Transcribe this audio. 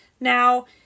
Now